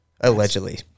allegedly